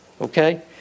Okay